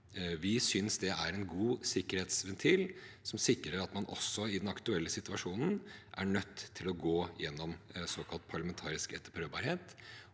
Vi synes det er en god sikkerhetsventil som sikrer at man også i den aktuelle situasjonen er nødt til å gå gjennom såkalt parlamentarisk etterprøvbarhet,